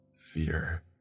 Fear